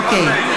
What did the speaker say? אוקיי.